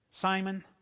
Simon